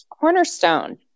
cornerstone